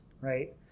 right